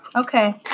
Okay